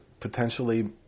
potentially